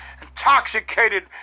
intoxicated